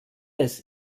des